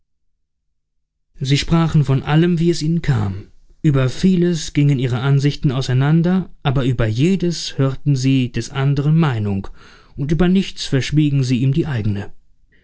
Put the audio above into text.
sie sprachen von allem wie es ihnen kam ueber vieles gingen ihre ansichten auseinander aber über jedes hörten sie des anderen meinung und über nichts verschwiegen sie ihm die eigene